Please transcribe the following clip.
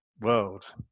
world